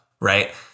Right